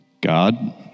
God